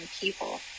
people